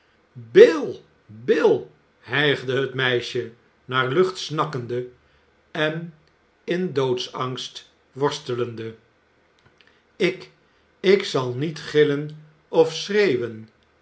bill bill hijgde het meisje naar lucht snakkende en in doodsangst worstelende ik ik zal niet gillen of schreeuwen